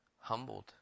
humbled